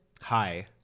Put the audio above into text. Hi